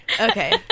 Okay